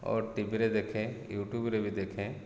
ଅର୍ ଟିଭିରେ ଦେଖେ ୟୁଟ୍ୟୁବରେ ବି ଦେଖେ